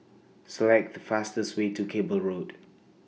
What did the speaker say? Select The fastest Way to Cable Road